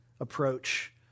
approach